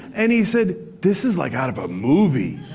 and he said, this is like out of a movie.